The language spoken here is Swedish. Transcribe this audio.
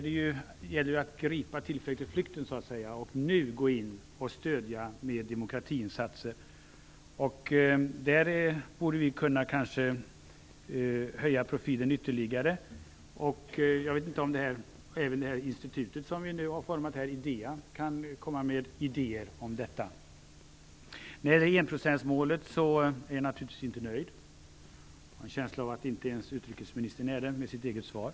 Det gäller att gripa tillfället i flykten och att nu gå in och stödja med demokratiinsatser. Vi borde kanske kunna höja profilen ytterligare. Kanske även det institut som vi nu har utformat, IDEA, kan komma med idéer. När det gäller enprocentsmålet är jag naturligtvis inte nöjd. Jag har en känsla av att inte ens utrikesministern är det i sitt eget svar.